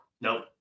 Nope